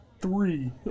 Three